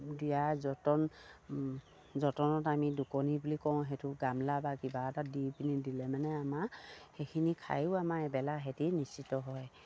দিয়াৰ যতন যতনত আমি দোকনী বুলি কওঁ সেইটো গামলা বা কিবা এটা দি পিনি দিলে মানে আমাৰ সেইখিনি খায়ো আমাৰ এবেলা সিহঁতি নিশ্চিত হয়